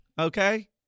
okay